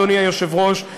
אדוני היושב-ראש.